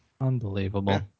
Unbelievable